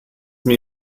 mir